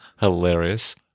hilarious